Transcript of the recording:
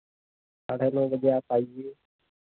साढ़े नौ बजे आप आइए